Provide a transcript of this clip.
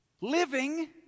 living